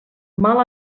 mal